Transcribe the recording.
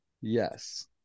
Yes